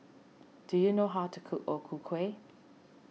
do you know how to cook O Ku Kueh